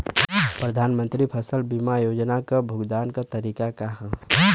प्रधानमंत्री फसल बीमा योजना क भुगतान क तरीकाका ह?